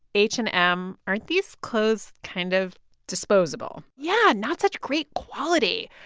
h and m, aren't these clothes kind of disposable? yeah, not such great quality.